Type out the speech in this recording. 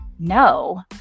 no